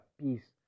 peace